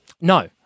No